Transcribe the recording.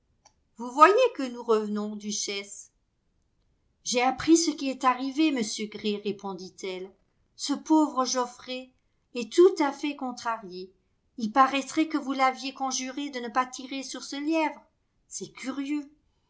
vous voyez que nous revenions duchesse j'ai appris ce qui est arrivé monsieur gray répondit-elle ce pauvre geofïrey est tout à fait contrarié il paraîtrait que vous l'aviez conjuré de ne pas tirer ce lièvre c'est curieux